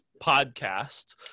podcast